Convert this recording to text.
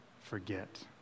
Forget